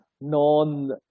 non